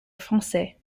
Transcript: français